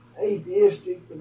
atheistic